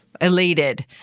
elated